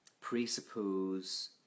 presuppose